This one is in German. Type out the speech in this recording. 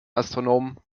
astronomen